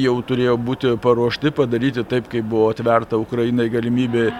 jau turėjo būti paruošti padaryti taip kaip buvo atverta ukrainai galimybė